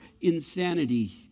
insanity